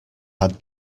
had